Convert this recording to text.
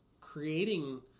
creating